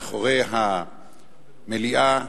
מאחורי המליאה,